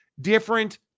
different